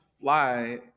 fly